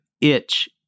itch